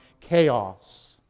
chaos